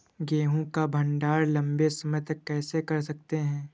गेहूँ का भण्डारण लंबे समय तक कैसे कर सकते हैं?